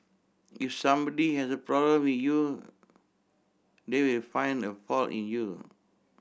if somebody had a problem with you they will find a fault in you